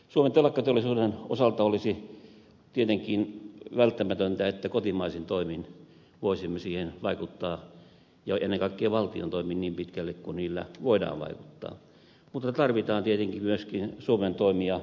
suomen telakkateollisuuden osalta olisi tietenkin välttämätöntä että kotimaisin toimin voisimme siihen vaikuttaa ja ennen kaikkea valtion toimin niin pitkälle kuin niillä voidaan vaikuttaa mutta tarvitaan tietenkin myöskin suomen toimia eu tasolla